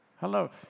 Hello